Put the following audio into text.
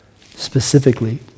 specifically